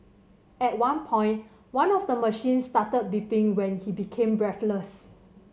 at one point one of the machines started beeping when he became breathless